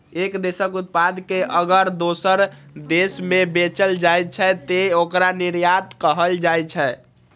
एक देशक उत्पाद कें अगर दोसर देश मे बेचल जाइ छै, तं ओकरा निर्यात कहल जाइ छै